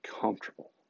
comfortable